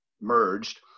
merged